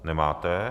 Nemáte.